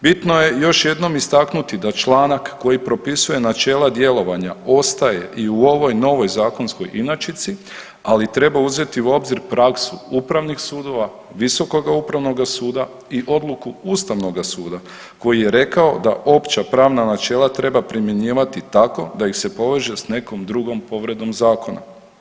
Bitno je još jednom istaknuti da članak koji propisuje načela djelovanja ostaje i u ovoj novoj zakonskoj inačici, ali treba uzeti u obzir praksu upravnih sudova, Visokoga upravnog suda i odluku Ustavnoga suda koji je rekao da opće pravna načela treba primjenjivati tako da ih se poveže s nekom drugom povredom zakona.